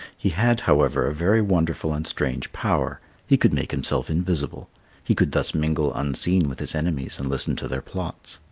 he had, however, a very wonderful and strange power he could make himself invisible he could thus mingle unseen with his enemies and listen to their plots.